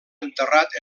enterrat